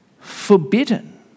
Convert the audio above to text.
forbidden